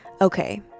Okay